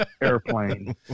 airplane